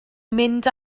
mynd